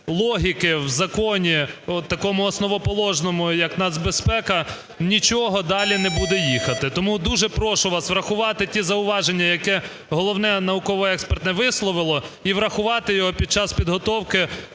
логіки в законі такому основоположному, як нацбезпека, нічого далі не буде їхати. Тому дуже прошу вас врахувати ті зауваження, які Головне науково-експертне висловило, і врахувати його під час підготовки